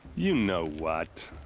you know what!